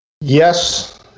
Yes